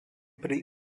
pri